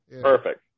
Perfect